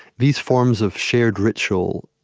these forms of shared ritual,